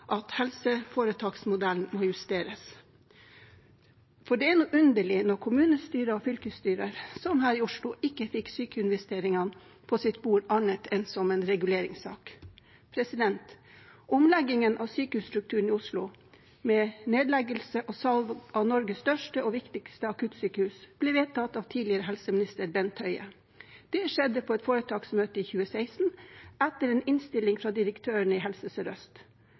at helseforetaksmodellen må justeres, for det er noe underlig når kommunestyrer og fylkesting, som her i Oslo, ikke fikk sykehusinvesteringene på sitt bord annet enn som en reguleringssak. Omleggingen av sykehusstrukturen i Oslo, med nedleggelse og salg av Norges største og viktigste akuttsykehus, ble vedtatt av tidligere helseminister Bent Høie. Det skjedde på et foretaksmøte i 2016, etter en innstilling fra direktøren i Helse